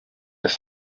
dos